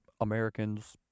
Americans